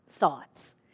thoughts